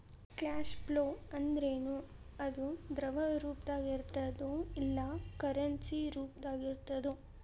Cash flow ಅಂದ್ರೇನು? ಅದು ದ್ರವ ರೂಪ್ದಾಗಿರ್ತದೊ ಇಲ್ಲಾ ಕರೆನ್ಸಿ ರೂಪ್ದಾಗಿರ್ತದೊ?